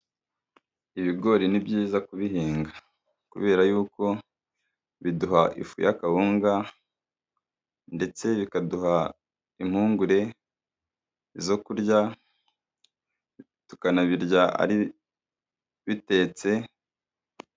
Ibigori ni byiza kubihinga, kubera yuko biduha ifu y'akawunga, ndetse bikaduha impungure zo kurya, tukanabirya bitetse.